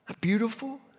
Beautiful